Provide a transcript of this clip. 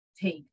Take